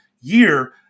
year